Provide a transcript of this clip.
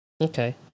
Okay